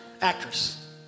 actress